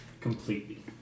completely